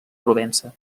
provença